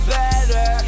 better